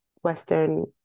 Western